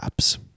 apps